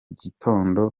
gitondo